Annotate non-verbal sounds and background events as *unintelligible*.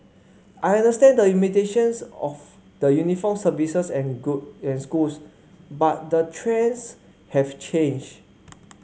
I understand the limitations of the uniformed services and *unintelligible* and schools but the trends have changed